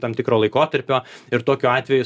tam tikro laikotarpio ir tokiu atveju